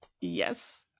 Yes